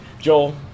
Joel